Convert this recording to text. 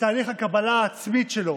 הקבלה העצמית שלו,